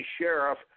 sheriff